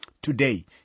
Today